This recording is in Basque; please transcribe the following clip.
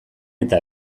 eta